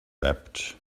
wept